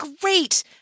great